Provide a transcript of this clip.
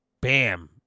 Bam